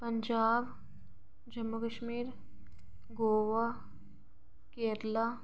Punjab Jammu Kashmir Goa Kerala